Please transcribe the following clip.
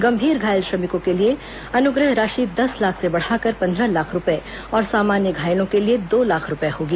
गंभीर घायल श्रमिकों के लिए अनुग्रह राशि देस लाख से बढ़ाकर पंद्रह लाख रूपये और सामान्य घायलों के लिए दो लाख रूपये होगी